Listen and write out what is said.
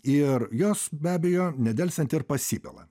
ir jos be abejo nedelsiant ir pasipila